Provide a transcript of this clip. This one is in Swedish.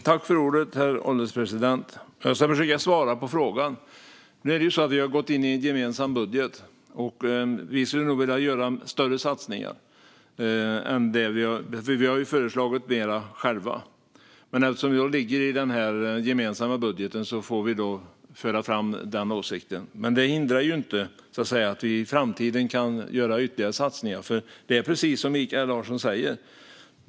Herr ålderspresident! Jag ska försöka svara på frågan. Nu är det så att vi har gått in i en gemensam budget. Vi skulle nog vilja göra större satsningar, för vi har föreslagit mer själva. Men eftersom vi har en gemensam budget får vi föra fram denna åsikt. Det hindrar dock inte att vi i framtiden kan göra ytterligare satsningar. Det är precis som Mikael Larsson säger.